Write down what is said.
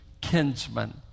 kinsman